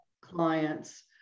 clients